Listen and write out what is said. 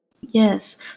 Yes